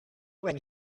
when